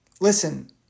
Listen